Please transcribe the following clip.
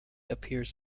appears